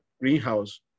greenhouse